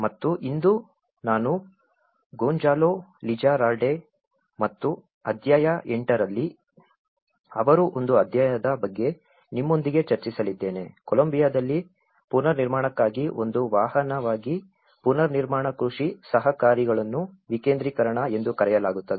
ಮತ್ತು ಇಂದು ನಾನು ಗೊಂಜಾಲೊ ಲಿಜಾರಾಲ್ಡೆ ಮತ್ತು ಅಧ್ಯಾಯ 8 ರಲ್ಲಿ ಅವರ ಒಂದು ಅಧ್ಯಾಯದ ಬಗ್ಗೆ ನಿಮ್ಮೊಂದಿಗೆ ಚರ್ಚಿಸಲಿದ್ದೇನೆ ಕೊಲಂಬಿಯಾದಲ್ಲಿ ಪುನರ್ನಿರ್ಮಾಣಕ್ಕಾಗಿ ಒಂದು ವಾಹನವಾಗಿ ಪುನರ್ನಿರ್ಮಾಣ ಕೃಷಿ ಸಹಕಾರಿಗಳನ್ನು ವಿಕೇಂದ್ರೀಕರಣ ಎಂದು ಕರೆಯಲಾಗುತ್ತದೆ